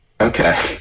Okay